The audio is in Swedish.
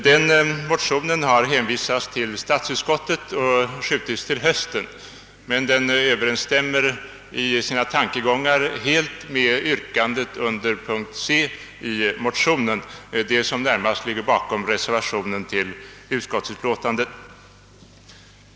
Denna motion har hänvisats till statsutskottet och behandlingen av den har skjutits till hösten, men den överensstämmer i sina tankegångar helt med yrkandet under punkt c i motionen 11: 839 som närmast ligger till grund för reservationen i utskottsutlåtandet.